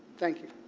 thank you.